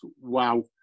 wow